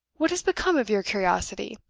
what has become of your curiosity?